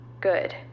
Good